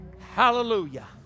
Hallelujah